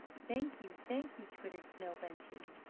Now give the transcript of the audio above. thank you, thank you! twittered snow bunting.